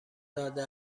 داده